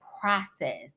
process